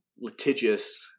litigious